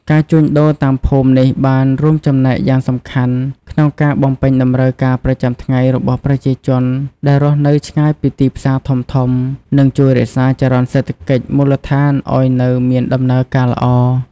ការជួញដូរតាមភូមិនេះបានរួមចំណែកយ៉ាងសំខាន់ក្នុងការបំពេញតម្រូវការប្រចាំថ្ងៃរបស់ប្រជាជនដែលរស់នៅឆ្ងាយពីទីផ្សារធំៗ និងជួយរក្សាចរន្តសេដ្ឋកិច្ចមូលដ្ឋានឱ្យនៅមានដំណើរការល្អ។